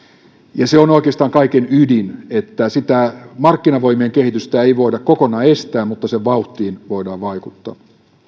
kertaan se on oikeastaan kaiken ydin että sitä markkinavoimien kehitystä ei voida kokonaan estää mutta sen vauhtiin voidaan vaikuttaa